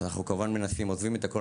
אנחנו כמובן עוזבים את הכל,